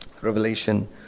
Revelation